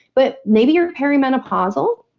but maybe your perimenopausal,